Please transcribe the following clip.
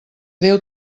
déu